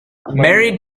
married